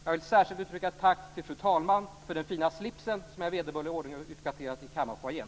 Jag vill särskilt uttrycka ett tack till fru talman för den fina slipsen, som jag i vederbörlig ordning har utkvitterat i kammarfoajén.